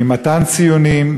ממתן ציונים,